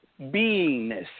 beingness